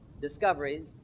discoveries